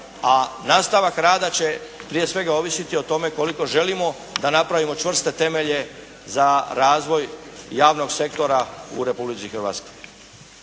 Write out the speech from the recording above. a nastavak rada će prije svega ovisiti o tome koliko želimo da napravimo čvrste temelje za razvoj javnog sektora u Republici Hrvatskoj.